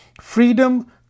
Freedom